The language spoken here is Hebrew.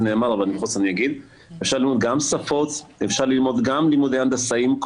אפשר ללמוד גם לימודי הנדסאים,